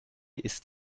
ist